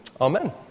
Amen